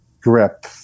grip